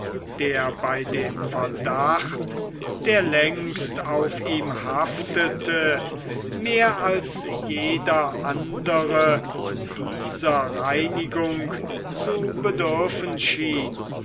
der bei dem verdacht der längst auf ihm haftete mehr als jeder andere dieser reinigung zu bedürfen schien